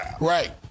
Right